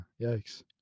Yikes